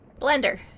Blender